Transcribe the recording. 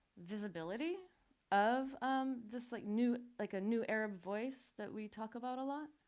visibility of this like new, like a new arab voice that we talk about a lot?